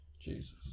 Jesus